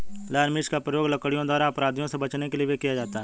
लाल मिर्च का प्रयोग लड़कियों द्वारा अपराधियों से बचने के लिए भी किया जाता है